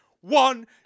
One